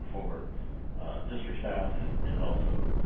for district staff and also